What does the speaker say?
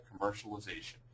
commercialization